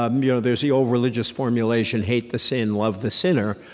um you know there's the old religious formation, hate the sin, love the sinner.